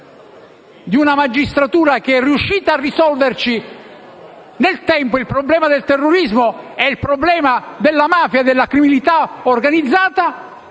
della magistratura, che è riuscita a risolvere nel tempo il problema del terrorismo e quello della mafia e della criminalità organizzata,